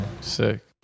Sick